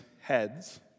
heads